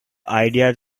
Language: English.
ideas